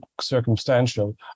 circumstantial